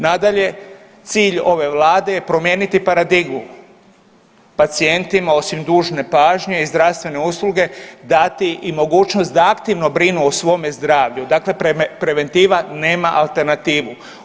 Nadalje, cilj ove vlade je promijeniti paradigmu, pacijentima osim dužne pažnje i zdravstvene usluge dati i mogućnost da aktivno brinu o svome zdravlju, dakle preventiva nema alternativu.